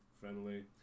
friendly